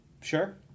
Sure